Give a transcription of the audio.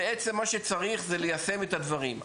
בעצם מה שצריך זה ליישם את הדברים.